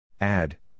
add